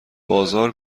بازار